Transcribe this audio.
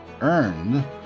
earned